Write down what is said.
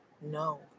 No